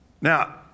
Now